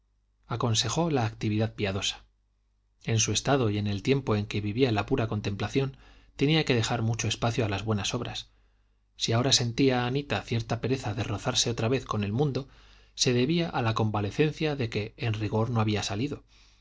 aconsejó la actividad piadosa en su estado y en el tiempo en que vivía la pura contemplación tenía que dejar mucho espacio a las buenas obras si ahora sentía anita cierta pereza de rozarse otra vez con el mundo se debía a la convalecencia de que en rigor no había salido